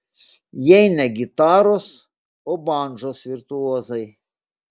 jie ne gitaros o bandžos virtuozai